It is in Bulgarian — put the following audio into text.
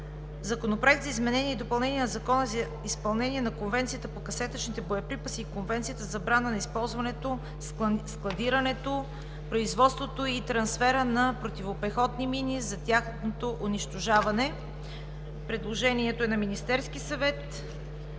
Законопроект за изменение и допълнение на Закона за изпълнение на Конвенцията по касетъчните боеприпаси и Конвенцията за забрана на използването, складирането, производството и трансфера на противопехотни мини за тяхното унищожаване. Предложението е на Министерския съвет.